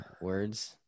words